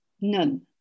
None